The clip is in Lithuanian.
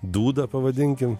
dūdą pavadinkim